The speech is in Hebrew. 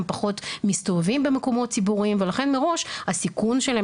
הם פחות מסתובבים במקומות ציבוריים ולכן מראש הסיכון שלהם